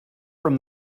from